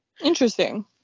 Interesting